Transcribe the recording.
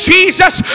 Jesus